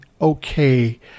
okay